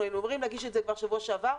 היינו אמורים להגיש את זה כבר שבוע שעבר.